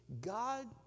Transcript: God